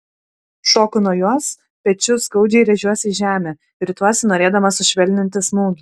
šoku nuo jos pečiu skaudžiai rėžiuosi į žemę rituosi norėdamas sušvelninti smūgį